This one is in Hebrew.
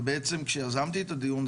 ובעצם כשיזמתי את הדיון,